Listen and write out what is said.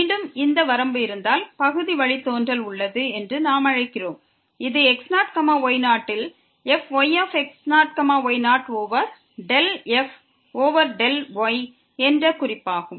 மீண்டும் இந்த வரம்பு இருந்தால் பகுதி வழித்தோன்றல் உள்ளது என்று நாம் அழைக்கிறோம் இது x0 y0 ல் fyx0 y0 over del f over del y என்ற குறிப்பாகும்